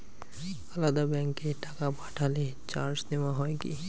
আলাদা ব্যাংকে টাকা পাঠালে চার্জ নেওয়া হয় কি?